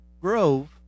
grove